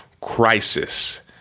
crisis